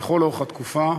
לכל אורך התקופה,